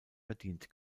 verdient